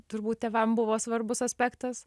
turbūt tėvam buvo svarbus aspektas